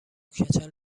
کچل